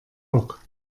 bock